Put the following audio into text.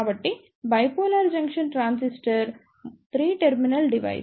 కాబట్టి bipolar junction transistor 3 terminal device